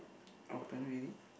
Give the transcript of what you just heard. open really